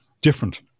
different